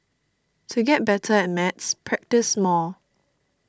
to get better at maths practise more